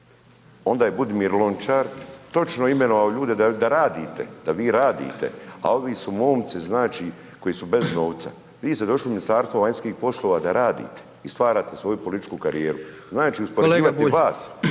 Onda je Budimir Lončar točno imenovao ljude da radite, da vi radite a ovi su momci znači koji su bez novca. Vi ste došli u Ministarstvu vanjskih poslova da radite i stvarate svoju političku karijeru. Znači uspoređivati vas